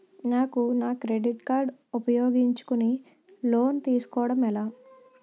నాకు నా credit card ఉపయోగించుకుని లోన్ తిస్కోడం ఎలా?